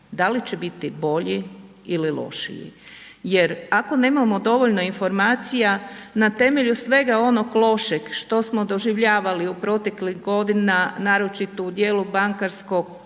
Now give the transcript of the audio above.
da li će biti bolji ili lošiji. Jer ako nemamo dovoljno informacija na temelju svega onog lošeg što smo doživljavali u proteklih godina naročito u dijelu bankarskog sektora,